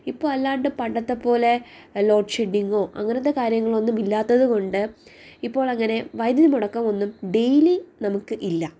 ഇപ്പോൾ അല്ലാണ്ട് പണ്ടത്തെപ്പോലെ ലോഡ് ഷെഡ്ഡിങ്ങോ അങ്ങനത്തെ കാര്യങ്ങളൊന്നും ഇല്ലാത്തതുകൊണ്ട് ഇപ്പോളങ്ങനെ വൈദ്യുതി മുടക്കം ഒന്നും ഡെയിലി നമുക്ക് ഇല്ല